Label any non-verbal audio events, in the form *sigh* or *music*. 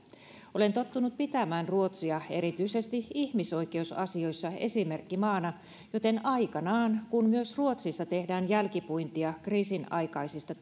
olen tottunut pitämään ruotsia erityisesti ihmisoikeusasioissa esimerkkimaana joten aikanaan kun myös ruotsissa tehdään jälkipuintia kriisinaikaisista *unintelligible*